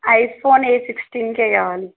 iPhone ఏ sixteen కే కావాలి